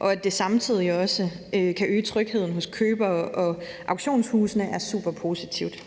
At det samtidig også kan øge trygheden hos køberne og auktionshusene, er super positivt.